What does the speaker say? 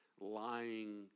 lying